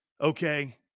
okay